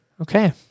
Okay